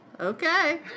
okay